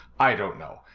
i don't know.